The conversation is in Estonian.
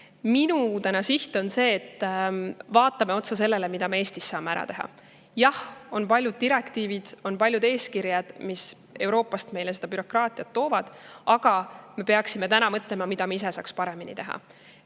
teisiti. Minu siht on vaadata otsa sellele, mida me Eestis saame ära teha. Jah, on palju direktiive, on palju eeskirju, mis Euroopast meile bürokraatiat toovad, aga me peaksime mõtlema, mida me ise saaks paremini teha.